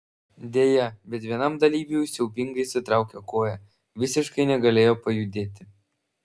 deja bet vienam dalyviui siaubingai sutraukė koją visiškai negalėjo pajudėti